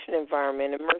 environment